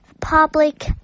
public